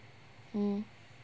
mmhmm